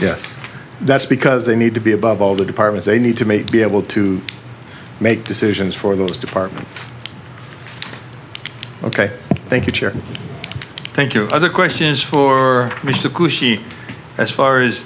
yes that's because they need to be above all the departments they need to make be able to make decisions for those departments ok thank you chairman thank you other questions for me as far as